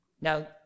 Now